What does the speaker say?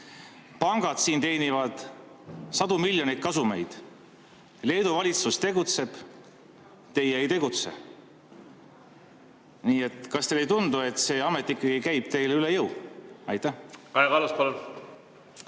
Pangad teenivad sadu miljoneid kasumeid – Leedu valitsus tegutseb, teie ei tegutse. Kas teile ei tundu, et see amet käib teile üle jõu? Aitäh